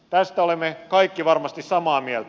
tästä olemme kaikki varmasti samaa mieltä